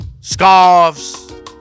scarves